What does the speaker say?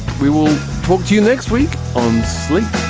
we will talk to you next week on sleep